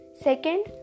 Second